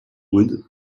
wood